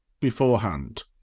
beforehand